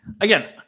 again